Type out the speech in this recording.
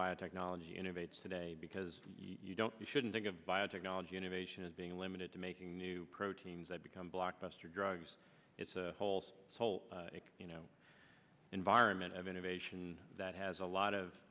biotechnology innovates today because you don't you shouldn't think of biotechnology innovation as being limited to making new proteins that become blockbuster drugs it's a whole whole you know environment of innovation that has a lot of